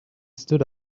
stood